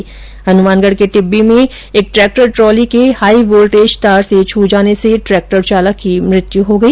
इस बीच हनमानगढ के टिब्बी में एक ट्रेक्टर ट्राली के हाई वोल्टेज तार से छ जाने से ट्रेक्टर चालक की मौत हो गई